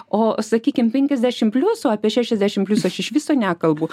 o sakykim penkiasdešim plius o apie šešiasdešim plius aš iš viso nekalbu